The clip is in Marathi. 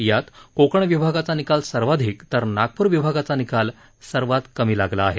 यात कोकण विभागाचा निकाल सर्वाधिक तर नागपूर विभागाचा निकाल सर्वात कमी लागला आहे